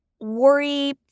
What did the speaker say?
worry